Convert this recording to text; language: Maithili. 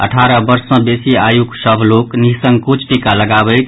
अठारह वर्ष सँ बेसी आयुक सभ लोक निःसंकोच टीका लगाबैथि